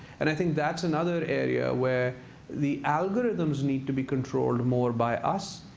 and i think that's another area where the algorithms need to be controlled more by us,